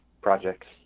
projects